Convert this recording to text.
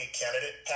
candidate